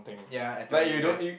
ya I tell you yes